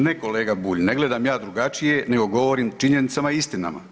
Ne kolega Bulj, ne gledam ja drugačije nego govorim činjenicama i istinama.